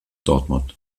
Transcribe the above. dortmund